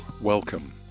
welcome